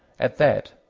at that,